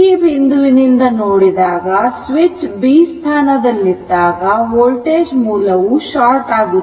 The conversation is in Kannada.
ಈ ಬಿಂದುವಿನಿಂದ ನೋಡಿದಾಗ ಸ್ವಿಚ್ B ಸ್ಥಾನದಲ್ಲಿದ್ದಾಗ ವೋಲ್ಟೇಜ್ ಮೂಲವು ಶಾರ್ಟ್ ಆಗುತ್ತದೆ